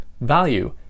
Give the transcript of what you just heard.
value